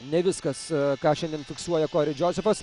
ne viskas ką šiandien fiksuoja kori džosefas